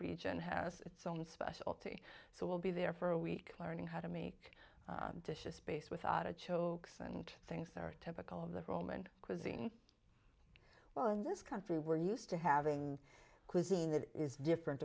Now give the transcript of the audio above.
region has its own specialty so we'll be there for a week learning how to make dishes space without a chokes and things that are typical of the roman cuisine well in this country we're used to having cuisine that is different